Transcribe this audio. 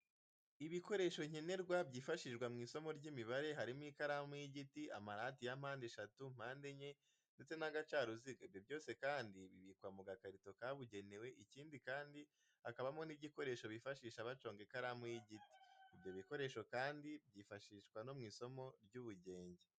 Ibikoresho nkenerwa byifashishwa mu isomo ry imibare harimo ikaramu y'igiti, amarati ya mpandeshatu, mpandenye ndetse n'agacaruziga ibyo byose kandi bikabikwa mu gakarito kabugenewe, ikindi kandi hakabamo n'igikoresho bifashisha baconga ikaramu y'igiti. Ibyo bikoresho kandi byifashishwa no mu isomo ry'ubugenge.